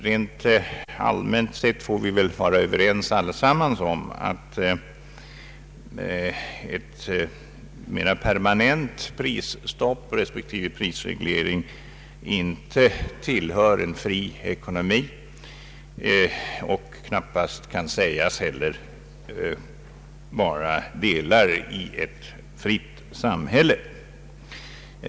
Rent allmänt sett får vi väl alla vara överens om att ett mera permanent prisstopp respektive en mera permanent prisreglering inte tillhör en fri ekonomi och knappast heller kan sägas vara delar i ett fritt samhälle.